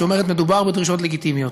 שאומרת: מדובר בדרישות לגיטימיות.